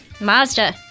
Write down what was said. Mazda